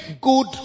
good